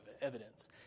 evidence